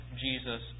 Jesus